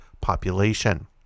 population